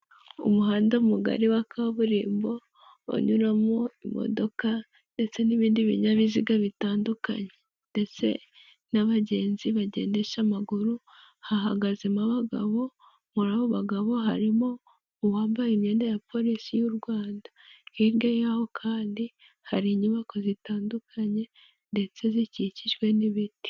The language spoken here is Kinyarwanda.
Umuhanda mugari wa kaburimbo unyuramo imodoka ndetse n'ibindi binyabiziga bitandukanye ndetse n'abagenzi bagendesha amaguru. Hahagazemo abagabo, muri abagabo harimo uwambaye imyenda ya polisi y'u Rwanda. Hirya yaho kandi hari inyubako zitandukanye ndetse zikikijwe n'ibiti.